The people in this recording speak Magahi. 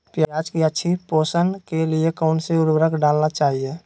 प्याज की अच्छी पोषण के लिए कौन सी उर्वरक डालना चाइए?